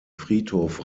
friedhof